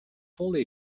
fully